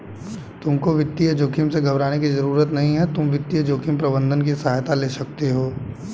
तुमको वित्तीय जोखिम से घबराने की जरूरत नहीं है, तुम वित्तीय जोखिम प्रबंधन की सहायता ले सकते हो